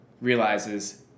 realizes